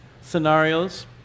scenarios